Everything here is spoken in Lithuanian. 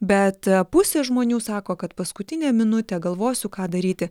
bet pusė žmonių sako kad paskutinę minutę galvosiu ką daryti